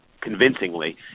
convincingly